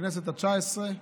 בכנסת התשע-עשרה.